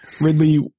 Ridley